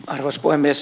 arvoisa puhemies